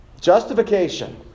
Justification